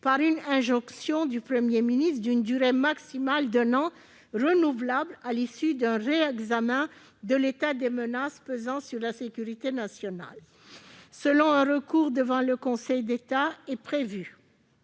sur injonction du Premier ministre, pour une durée maximale d'un an, renouvelable à l'issue d'un réexamen de l'état des menaces pesant sur la sécurité nationale. Seul est prévu un recours devant le Conseil d'État, après